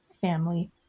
family